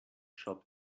shop